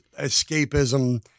escapism